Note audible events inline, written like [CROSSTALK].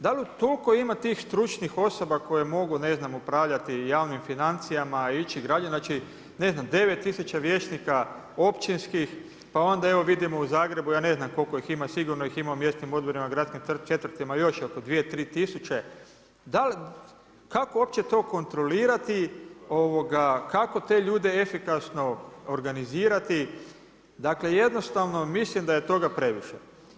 Da li toliko ima tih stručnih osoba koje mogu ne znam upravljati javnim financijama, ići … [UNINTELLIGIBLE] ne znam 9 tisuća vijećnika općinskih, pa onda evo vidimo u Zagrebu ja ne znam koliko ih ima, sigurno ih ima u mjesnim odborima, gradskim četvrtima još oko 2, 3 tisuće, da li, kako uopće to kontrolirati, kako te ljude efikasno organizirati, dakle jednostavno mislim da je toga previše.